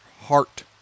heart